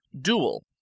Dual